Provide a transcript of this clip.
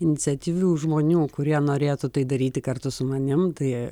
iniciatyvių žmonių kurie norėtų tai daryti kartu su manim tai